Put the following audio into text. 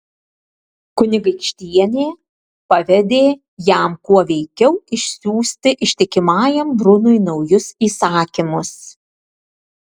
kunigaikštienė pavedė jam kuo veikiau išsiųsti ištikimajam brunui naujus įsakymus